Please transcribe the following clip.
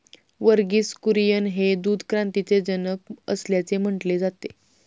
वर्गीस कुरियन हे दूध क्रांतीचे जनक असल्याचे म्हटले जाते